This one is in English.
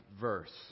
verse